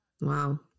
Wow